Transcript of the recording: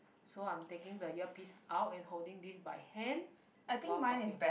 so I'm taking the earpiece out and holding this by hand while talking